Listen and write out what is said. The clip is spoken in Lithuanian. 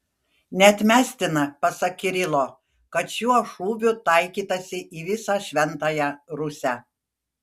neatmestina pasak kirilo kad šiuo šūviu taikytasi į visą šventąją rusią